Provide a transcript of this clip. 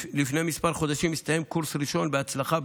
לפני כמה חודשים הסתיים קורס ראשון בהצלחה,